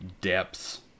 depths